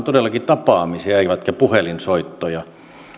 todellakin tapaamisia eivätkä puhelinsoittoja